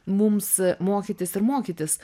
mums mokytis ir mokytis